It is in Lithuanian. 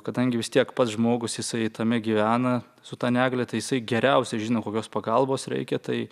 kadangi vis tiek pats žmogus jisai tame gyvena su ta negalia tai jisai geriausiai žino kokios pagalbos reikia tai